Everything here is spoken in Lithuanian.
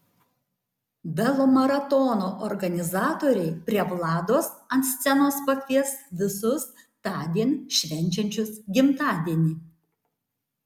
velomaratono organizatoriai prie vlados ant scenos pakvies visus tądien švenčiančius gimtadienį